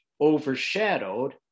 overshadowed